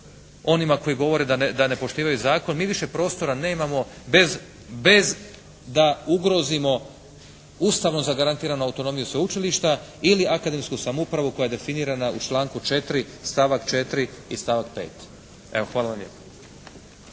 onima koji govore da ne poštivaju zakon mi više prostora nemamo bez da ugrozimo ustavno zagarantiranu autonomiju sveučilišta ili akademsku samoupravu koja je definirana u članku 4. stavak 4. i stavak 5. Evo, hvala vam lijepa.